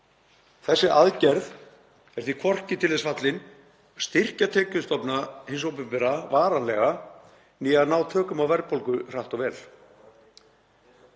Þessi aðgerð er því hvorki til þess fallin að styrkja tekjustofna hins opinbera varanlega né að ná tökum á verðbólgu hratt og vel.